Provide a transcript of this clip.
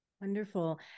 Wonderful